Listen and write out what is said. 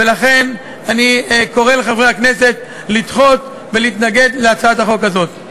ולכן אני קורא לחברי הכנסת לדחות ולהתנגד להצעת החוק הזאת.